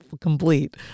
complete